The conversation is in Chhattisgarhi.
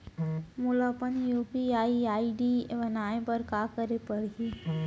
मोला अपन यू.पी.आई आई.डी बनाए बर का करे पड़ही?